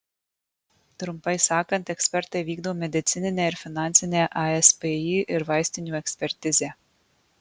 trumpai sakant ekspertai vykdo medicininę ir finansinę aspį ir vaistinių ekspertizę